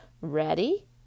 Ready